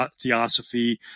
Theosophy